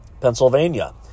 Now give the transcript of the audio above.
Pennsylvania